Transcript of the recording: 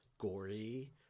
gory